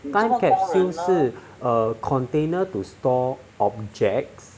time capsule 是 err container to store objects